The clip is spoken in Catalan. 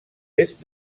est